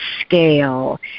scale